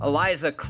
Eliza